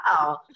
wow